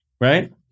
right